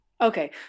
okay